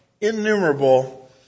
innumerable